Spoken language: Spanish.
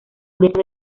pureza